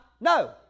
No